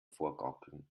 vorgaukeln